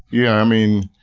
yeah. i mean,